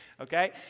okay